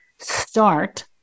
start